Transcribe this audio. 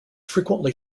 frequently